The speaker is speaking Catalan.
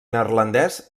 neerlandès